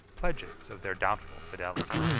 pledges of their doubtful fidelity.